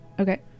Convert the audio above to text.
Okay